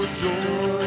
joy